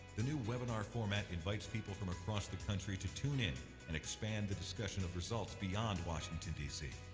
the new webinar format invites people from across the country to tune it and expand the discussion of results beyond washington, dc.